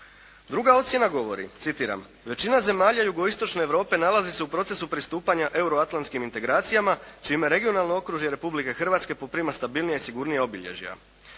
Druga ocjena govori, citiram: "Većina zemalja Jugoistočne Europe nalazi se u procesu pristupanja euroatlanskim integracijama čime regionalno okružje Republike Hrvatske poprima stabilnija i sigurnija obilježja.".